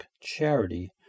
charity